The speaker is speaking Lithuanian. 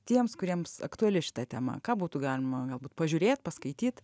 tiems kuriems aktuali šita tema ką būtų galima galbūt pažiūrėt paskaityt